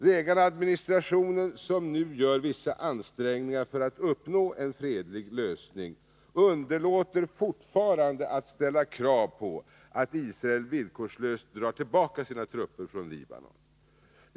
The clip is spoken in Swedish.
Reaganadministrationen, som nu gör vissa ansträngningar för att uppnå en fredlig lösning, underlåter fortfarande att aktivt verka för att Israel villkorslöst drar tillbaka sina trupper från Libanon.